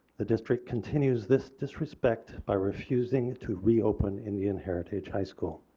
the district continues this disrespect by refusing to reopen indian heritage high school.